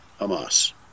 Hamas